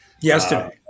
yesterday